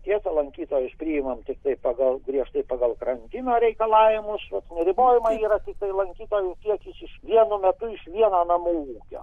tiesa lankytojus priimam tiktai pagal griežtai pagal karantino reikalavimus vat ir ribojimai yra tiktai lankytojų kiekis iš vienu metu iš vieno namų ūkio